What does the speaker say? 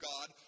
God